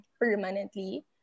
permanently